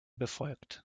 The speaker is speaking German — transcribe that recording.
befolgt